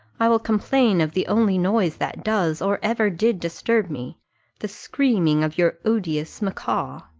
i will complain of the only noise that does, or ever did disturb me the screaming of your odious macaw.